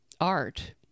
art